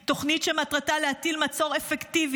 תוכנית שמטרתה להטיל מצור אפקטיבי,